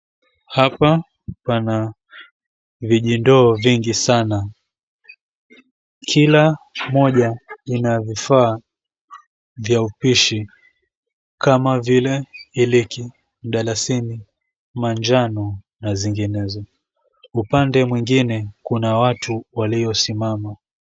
Hapa pana vijindoo vingi sana, kila moja ina vifaa vya upishi kama vile iliki, mdalasini, manjano na zinginezo. Upande mwingine kuna watu waliosimama.